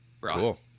Cool